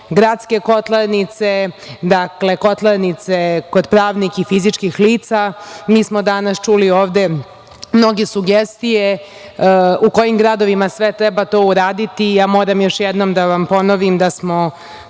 gradske kotlarnice, kotlarnice kod pravnih i fizičkih lica. Mi smo danas čuli ovde mnoge sugestije u kojim gradovi sve to treba uraditi. Moram još jednom da vam ponovim da smo